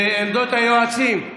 עמדות היועצים,